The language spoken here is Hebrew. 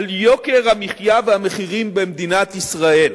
על יוקר המחיה והמחירים במדינת ישראל,